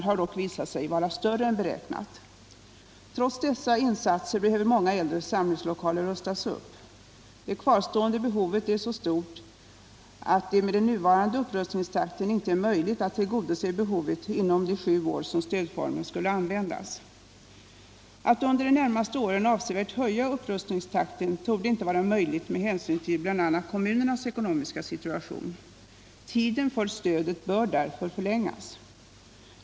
Det kvarstående behovet är så stort att del med den nuvarande upprustningstakten inte är möjligt att tillgodose behovet inom de sju år som stödformen skulle användas. Att under de närmaste åren avsevärt höja upprustningstakten torde inte vara möjligt med hänsyn till bl.a. kommunernas ekonomiska situation. Tiden för stödet bör därför förlängas.